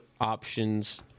options